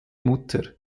mutter